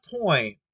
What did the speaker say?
point